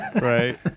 right